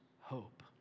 hope